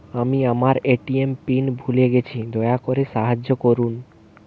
আমি আমার ATM pin ভুলে গেছি, দয়া করে সাহায্য করুন